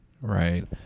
right